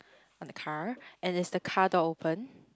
on the car and there's the car door open